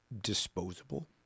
disposable